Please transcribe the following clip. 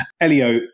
Elio